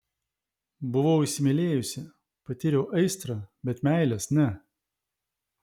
buvau įsimylėjusi patyriau aistrą bet meilės ne